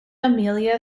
amelia